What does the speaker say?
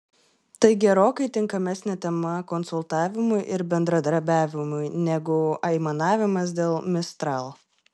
tai gerokai tinkamesnė tema konsultavimui ir bendradarbiavimui negu aimanavimas dėl mistral